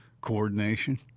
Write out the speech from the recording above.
coordination